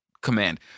command